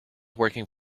working